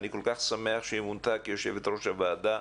אני כל כך שמח שהיא מונתה כיושבת-ראש הוועדה,